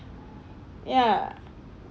ya